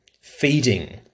feeding